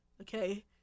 okay